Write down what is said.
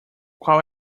qual